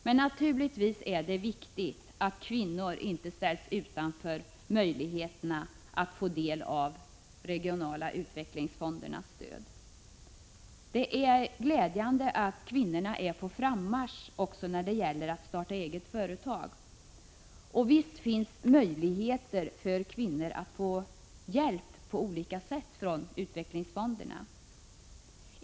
Men naturligtvis är det viktigt att kvinnor inte ställs utanför möjligheterna att få del av de regionala utvecklingsfondernas stöd. Det är glädjande att kvinnorna är på frammarsch också när det gäller att starta eget företag. Och visst finns det möjligheter för kvinnor att på olika sätt få hjälp från utvecklingsfonderna.